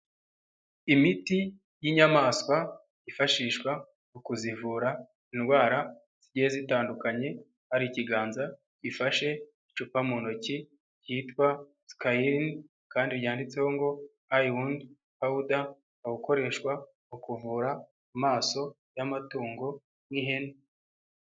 Imiti y'inyamaswa ifashishwa mu kuzivura indwara zigiye zitandukanye, hari ikiganza gifashe icupa mu ntoki ryitwa "Kyline" kandi ryanditseho ngo "Eye wound powder"ukaba ukoreshwa mu kuvura amaso y'amatungo nk'ihene.